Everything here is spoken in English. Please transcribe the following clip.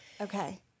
Okay